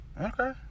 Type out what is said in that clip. okay